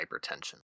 hypertension